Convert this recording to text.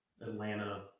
Atlanta